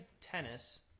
tennis